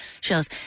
shows